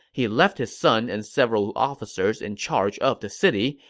he left his son and several officers in charge of the city,